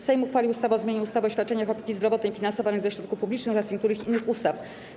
Sejm uchwalił ustawę o zmianie ustawy o świadczeniach opieki zdrowotnej finansowanych ze środków publicznych oraz niektórych innych ustaw.